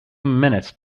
minutes